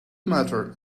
matter